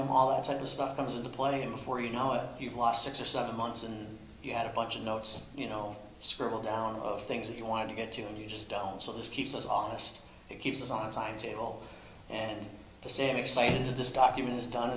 i'm all ahead this stuff comes into play before you know it you've lost six or seven months and you had a bunch of notes you know scribbled down of things that you wanted to get to and you just done so this keeps us honest it keeps us on a timetable and the same excited this document is done